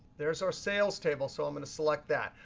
there's our sales table, so i'm going to select that.